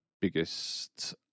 biggest